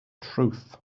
truth